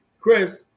Chris